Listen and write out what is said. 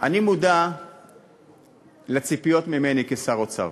אני מודע לציפיות ממני כשר האוצר,